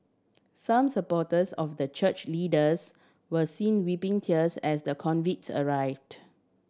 some supporters of the church leaders were seen wiping tears as the convicts arrived